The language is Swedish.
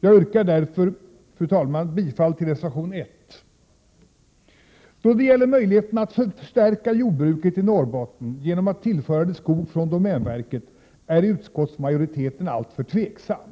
Jag yrkar därför bifall till reservation 1. Då det gäller möjligheterna att förstärka jordbruket i Norrbotten genom att tillföra det skog från domänverket är utskottsmajoriteten alltför tveksam.